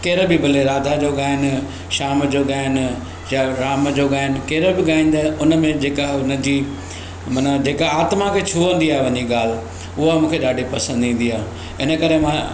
कहिड़ा बि हुजे भले राधा जो ॻाइनि श्याम जो ॻाइनि या राम जो ॻाइनि कहिड़ो बि ॻाईंदा हुनमें जेका हुनजी मान जेका आत्मा के छुहंदी आहे वञी ॻाल्हि उहा मूंखे ॾाढी पसंदि ईंदी आहे इनकरे मां